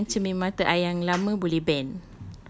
kan selalu yang cermin mata I yang lama boleh bend